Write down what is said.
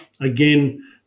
again